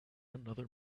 another